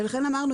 לכן אמרנו,